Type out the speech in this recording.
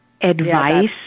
advice